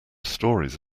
stories